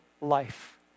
life